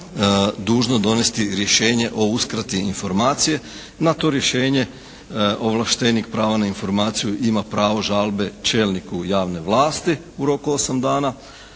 dužno donesti rješenje o uskrati informacije, na to rješenje ovlaštenih prava na informaciju ima pravo žalbe čelniku javne vlasti u roku 8 dana.